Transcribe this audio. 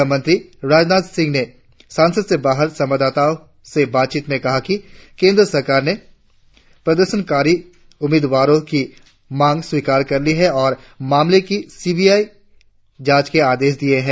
गृहमंत्री राजनाथ सिंह ने संसद के बाहर संवाददाताओं से बातचीत में कहा कि केंद्र सरकार ने प्रदर्शनकारी उम्मीदवारों की मांगे स्वीकार कर ली है और मामले की सीबीआई जांच के आदेश दिये हैं